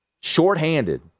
shorthanded